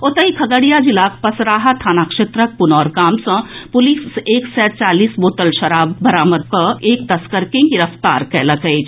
ओतहि खगड़िया जिलाक पसराहा थाना क्षेत्रक पुनौर गाम सँ पुलिस एक सय चालीस बोतल विदेशी शराबक संग एक तस्कर के गिरफ्तार कयलक अछि